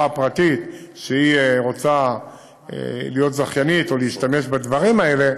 הפרטית שרוצה להיות זכיינית או להשתמש בדברים האלה.